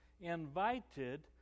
invited